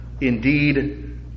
indeed